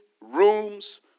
rooms